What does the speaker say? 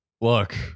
look